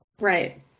Right